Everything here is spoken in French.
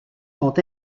sont